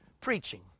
Preaching